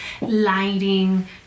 lighting